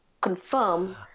confirm